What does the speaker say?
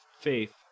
faith